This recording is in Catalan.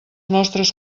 nostres